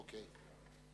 אוקיי.